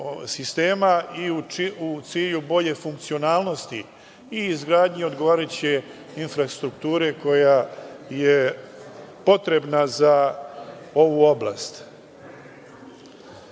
i u cilju bolje funkcionalnosti i izgradnji odgovarajuće infrastrukture koja je potrebna za ovu oblast. Veoma